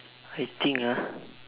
I think ah